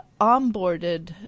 onboarded